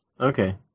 Okay